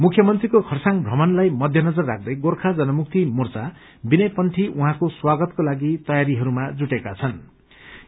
मुख्यमंत्रीको खरसाङ भ्रमणलाई मध्यजर राख्दे गोर्खा जनमुक्ति मोर्चा विनय पन्थी उहाँको स्वागतको तयारीहरूमा जुटेका छनृ